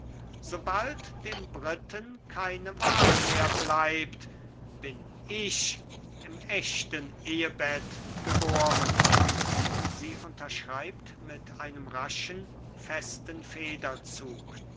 sobald dem briten keine wahl mehr bleibt bin ich im echten ehebett geboren sie unterschreibt mit einem raschen festen